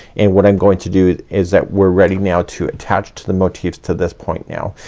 and what i'm going to do is that we're ready now to attach to the motifs to this point now.